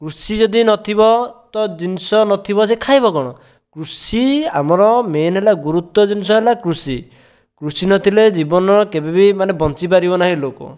କୃଷି ଯଦି ନଥିବ ତ ଜିନିଷ ନଥିବ ସେ ଖାଇବ କ'ଣ କୃଷି ଆମର ମେନ୍ ହେଲା ଗୁରୁତ୍ୱ ଜିନିଷ ହେଲା କୃଷି କୃଷି ନଥିଲେ ଜୀବନର କେବେ ବି ମାନେ ବଞ୍ଚିପାରିବ ନାହିଁ ଲୋକ